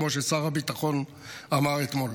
כמו ששר הביטחון אמר אתמול.